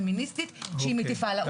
הפמיניסטית שהיא מטיפה לה.